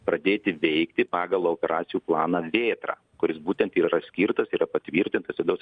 pradėti veikti pagal operacijų planą vėtra kuris būtent ir yra skirtas yra patvirtintas vidaus